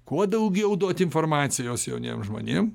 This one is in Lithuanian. kuo daugiau duot informacijos jauniem žmonėm